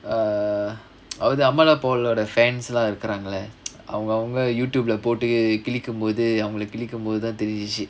err அவுதும்:avuthum amala paul ஓட:oda fans எல்லா இருக்குறாங்கெள்ள அவங்க அவங்க:ellaa irukkuraangella avanga avanga YouTube போட்டு கிழிக்கமோது அவங்கள கிழிக்கமோதுதா தெரிஞ்சுச்சு:pottu kilikkamothu avangala kilikkamothuthaa therinjuchu